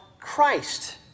Christ